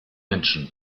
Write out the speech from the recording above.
menschen